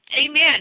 Amen